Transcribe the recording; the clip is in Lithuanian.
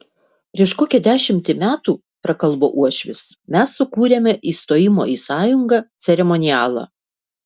prieš kokią dešimtį metų prakalbo uošvis mes sukūrėme įstojimo į sąjungą ceremonialą